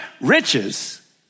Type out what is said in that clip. Riches